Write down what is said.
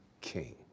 king